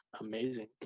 amazing